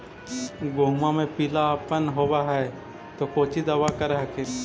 गोहुमा मे पिला अपन होबै ह तो कौची दबा कर हखिन?